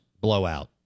blowout